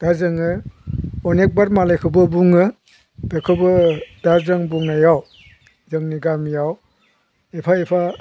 दा जोङो अनेखबार मालायखौबो बुङो बेखौबो दा जों बुंनायाव जोंनि गामियाव एफा एफा